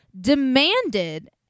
demanded